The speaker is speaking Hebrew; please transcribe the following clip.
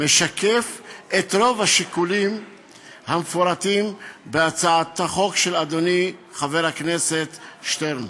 משקף את רוב השיקולים המפורטים בהצעת החוק של אדוני חבר הכנסת שטרן.